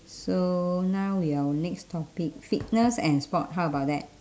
so now we are our next topic fitness and sport how about that